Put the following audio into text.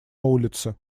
улице